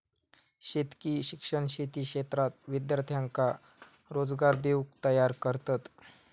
शेतकी शिक्षण शेती क्षेत्रात विद्यार्थ्यांका रोजगार देऊक तयार करतत